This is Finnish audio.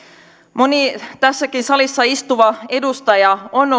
moni tässäkin salissa istuva edustaja on